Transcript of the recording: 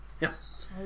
Yes